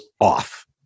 off